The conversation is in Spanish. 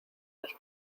nos